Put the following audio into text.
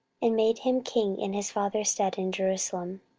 and made him king in his father's stead in jerusalem.